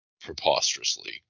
preposterously